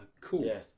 cool